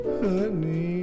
honey